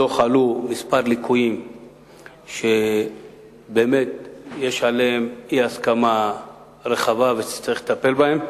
בדוח עלו כמה ליקויים שבאמת יש עליהם אי-הסכמה רחבה וצריך לטפל בהם.